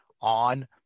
on